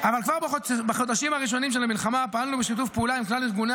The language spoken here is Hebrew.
כבר בחודשים הראשונים של המלחמה פעלנו בשיתוף פעולה עם כלל ארגוני